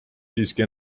siiski